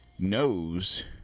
knows